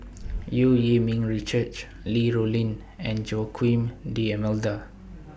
EU Yee Ming Richard Li Rulin and Joaquim D'almeida